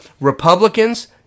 Republicans